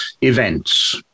events